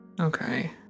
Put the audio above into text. Okay